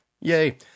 Yay